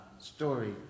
story